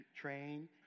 train